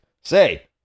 Say